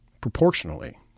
Proportionally